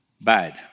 bad